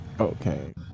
Okay